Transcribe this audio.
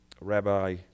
rabbi